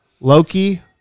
Loki